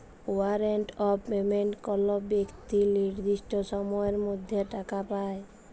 warrant of payment কল বেক্তি লির্দিষ্ট সময়ের মধ্যে টাকা পায়